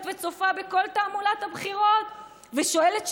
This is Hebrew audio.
וצופה בכל תעמולת הבחירות ושואלת שאלות,